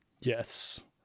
Yes